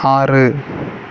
ஆறு